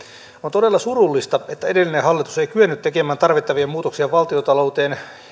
todella surullista että edellinen hallitus ei kyennyt tekemään tarvittavia muutoksia valtiontalouteen